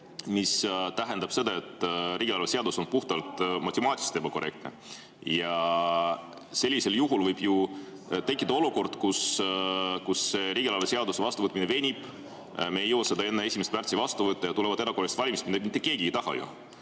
See tähendab seda, et riigieelarve seadus on puhtalt matemaatiliselt ebakorrektne. Sellisel juhul võib ju tekkida olukord, kus riigieelarve seaduse vastuvõtmine venib. Me ei jõua seda enne 1. märtsi vastu võtta ja tulevad erakorralised valimised, mida mitte keegi ju ei taha.